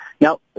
Now